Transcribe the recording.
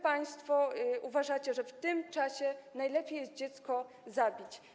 Państwo uważacie, że w tym czasie najlepiej jest dziecko zabić.